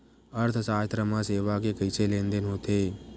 अर्थशास्त्र मा सेवा के कइसे लेनदेन होथे?